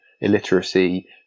illiteracy